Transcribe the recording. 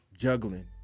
juggling